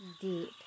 deep